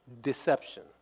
Deception